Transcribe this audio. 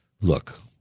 look